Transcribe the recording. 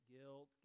guilt